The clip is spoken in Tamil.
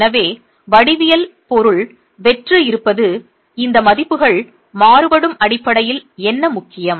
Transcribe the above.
எனவே வடிவியல் பொருள் வெற்று இருப்பது இந்த மதிப்புகள் மாறுபடும் அடிப்படையில் என்ன முக்கியம்